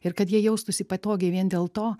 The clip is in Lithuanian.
ir kad jie jaustųsi patogiai vien dėl to